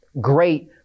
great